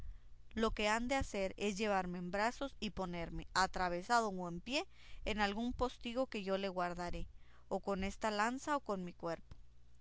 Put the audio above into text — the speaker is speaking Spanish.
lo que han de hacer es llevarme en brazos y ponerme atravesado o en pie en algún postigo que yo le guardaré o con esta lanza o con mi cuerpo